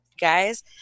guys